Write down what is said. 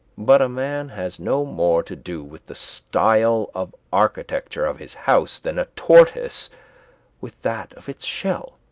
but a man has no more to do with the style of architecture of his house than a tortoise with that of its shell